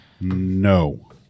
No